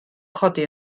chodi